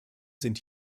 sind